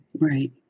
Right